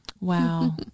Wow